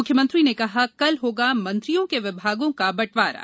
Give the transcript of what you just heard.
मुख्यमंत्री ने कहा कल होगा मंत्रियों के विभागों का बंटवारा